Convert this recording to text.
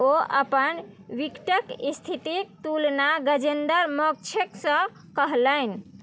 ओ अपन विकटक स्थितिके तुलना गजेन्द्र मोक्षस कहलनि